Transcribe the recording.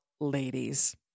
ladies